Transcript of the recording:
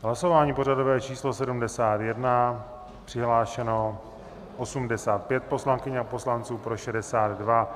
Hlasování pořadové číslo 71. Přihlášeno 85 poslankyň a poslanců, pro 62.